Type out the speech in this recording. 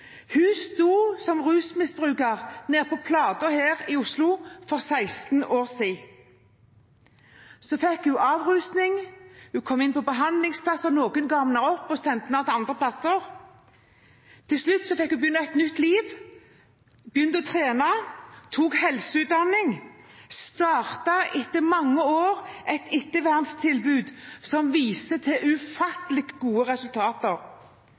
Hun sto som rusmisbruker nede på Plata her i Oslo for 16 år siden. Så fikk hun avrusning, hun kom inn på behandlingsplass – noen ga henne opp og sendte henne andre steder. Til slutt fikk hun begynne et nytt liv, hun begynte å trene, tok helseutdanning og startet etter mange år et etterverntilbud som kan vise til ufattelig gode resultater.